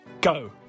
Go